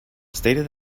stated